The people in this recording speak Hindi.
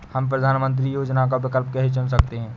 हम प्रधानमंत्री योजनाओं का विकल्प कैसे चुन सकते हैं?